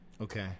Okay